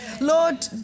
Lord